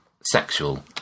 sexual